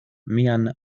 mian